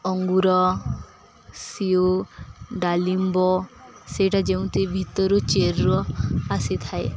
ଅଙ୍ଗୁର ସେଓ ଡାଲିମ୍ବ ସେଇଟା ଯେମିତି ଭିତରୁ ଚେର ଆସିଥାଏ